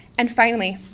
and finally,